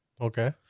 Okay